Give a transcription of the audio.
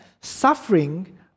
suffering